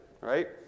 right